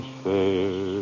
fair